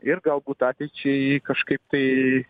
ir galbūt ateičiai kažkaip tai